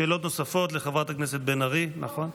שאלות נוספות לחברת הכנסת בן ארי, נכון?